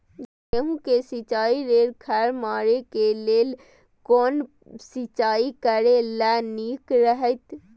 गेहूँ के सिंचाई लेल खर मारे के लेल कोन सिंचाई करे ल नीक रहैत?